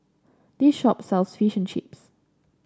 this shop sells Fish and Chips